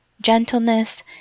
gentleness